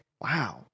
Wow